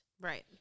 Right